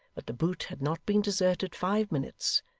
but the boot had not been deserted five minutes,